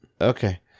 Okay